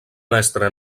mestre